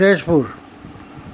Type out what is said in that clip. Tezpur